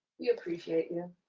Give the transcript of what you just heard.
we appreciate you.